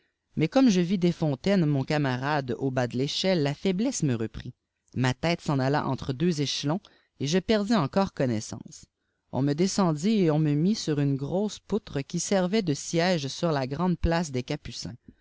mais comme je vis desfontaines mon camarade au bas de l'échelle la faiblesse me reprit ma tête s'en alla entre deux échelons et je perdis encore connaissance on me descendit et on me mit sur une grosse poutre qui servait de siège sur la grande place es capucins